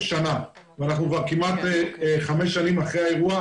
שנה ואנחנו כבר כמעט חמש שנים אחרי האירוע,